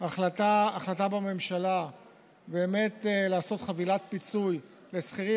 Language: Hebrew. החלטה בממשלה לעשות חבילת פיצוי לשכירים,